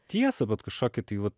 tiesą vat kažkokį tai va